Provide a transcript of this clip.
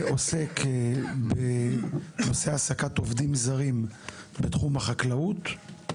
עוסק בנושא העסקת עובדים זרים בתחום החקלאות.